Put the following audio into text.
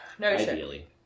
ideally